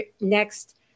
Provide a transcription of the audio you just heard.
next